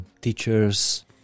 teachers